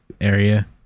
area